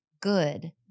good